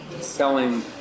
selling